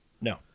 No